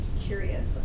curious